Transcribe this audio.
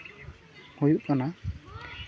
ᱦᱩᱭᱩᱜ ᱠᱟᱱᱟ